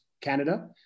Canada